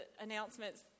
announcements